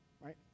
right